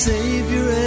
Savior